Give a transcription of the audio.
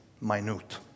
minute